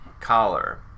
collar